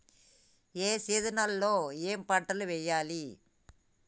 ఏ season లో ఏం పంటలు వెయ్యాలి?